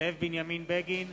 זאב בנימין בגין,